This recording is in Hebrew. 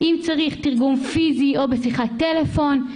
אם צריך תרגום פיזי או בשיחת טלפון.